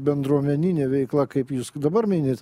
bendruomeninė veikla kaip jūs dabar minit